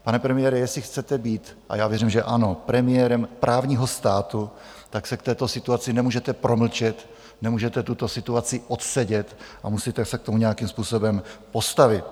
Pane premiére, jestli chcete být a já věřím, že ano premiérem právního státu, tak se k této situaci nemůžete promlčet, nemůžete tuto situaci odsedět a musíte se k tomu nějakým způsobem postavit.